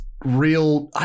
Real